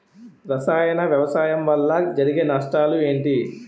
రసాయన వ్యవసాయం వల్ల జరిగే నష్టాలు ఏంటి?